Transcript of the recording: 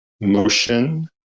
Motion